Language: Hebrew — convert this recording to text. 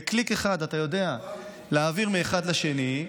בקליק אחד אתה יודע להעביר מאחד לשני.